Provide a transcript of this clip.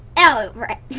oh, right.